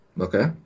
Okay